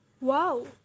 Wow